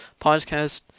podcast